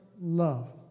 love